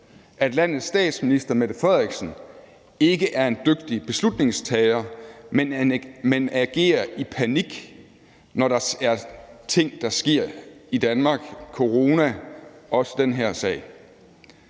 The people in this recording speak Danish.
at landets statsminister, Mette Frederiksen, ikke er en dygtig beslutningstager, men agerer i panik, når der sker ting i Danmark som corona og også den her sag.